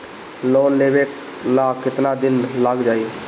Loan लेबे ला कितना दिन लाग जाई?